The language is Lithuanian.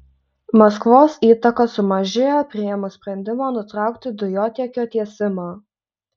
maskvos įtaka sumažėjo priėmus sprendimą nutraukti dujotiekio tiesimą